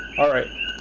alright,